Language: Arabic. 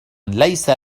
ليس